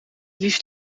liefst